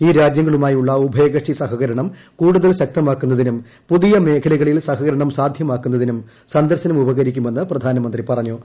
ഈ രാജ്യങ്ങളുമായുള്ള ഉഭയകക്ഷി സഹകരണം കൂടുതൽ ശക്തമാക്കുന്നതിനും പുതിയ മേഖലകളിൽ സഹകരണം സാധ്യമാക്കുന്നതിനും സന്ദർശനം ഉപകരിക്കുമെന്ന് പ്രധാനമന്ത്രി പറഞ്ഞു